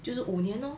就是五年 orh